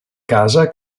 casa